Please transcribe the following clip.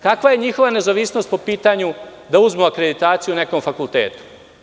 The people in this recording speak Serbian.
Kakva je njihova nezavisnost po pitanju da uzmemo akreditaciju nekom fakultetu?